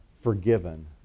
forgiven